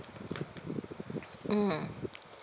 mm